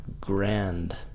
grand